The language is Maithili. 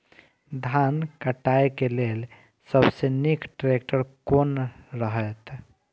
धान काटय के लेल सबसे नीक ट्रैक्टर कोन रहैत?